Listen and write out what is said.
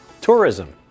tourism